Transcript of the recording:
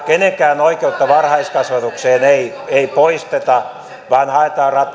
kenenkään oikeutta varhaiskasvatukseen ei ei poisteta vaan haetaan